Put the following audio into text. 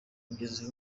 kugeza